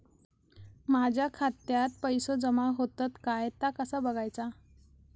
माझ्या खात्यात पैसो जमा होतत काय ता कसा बगायचा?